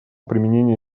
применение